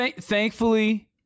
thankfully